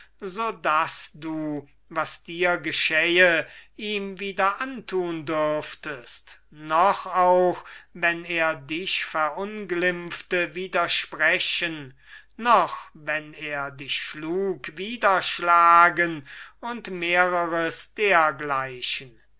so daß du was dir geschähe ihm wieder antun dürfest noch auch wenn er dich verunglimpfte widersprechen noch wenn er dich schlug wiederschlagen und mehreres dergleichen